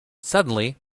suddenly